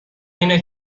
اینه